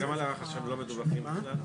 וכמה להערכתכם שהם לא מדווחים בכלל?